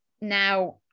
now